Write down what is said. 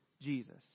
Jesus